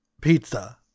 pizza